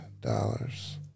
dollars